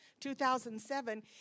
2007